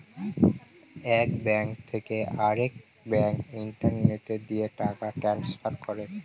এক ব্যাঙ্ক থেকে আরেক ব্যাঙ্কে ইন্টারনেট দিয়ে টাকা ট্রান্সফার করে